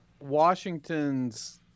Washington's –